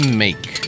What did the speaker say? make